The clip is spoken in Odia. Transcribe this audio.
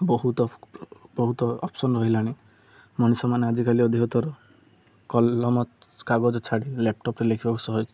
ବହୁତ ବହୁତ ଅପସନ୍ ରହିଲାଣି ମଣିଷମାନେ ଆଜିକାଲି ଅଧିକତର କଲମ କାଗଜ ଛାଡ଼ି ଲ୍ୟାପଟପ୍ ଲେଖିବାକୁ ସହ